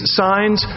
signs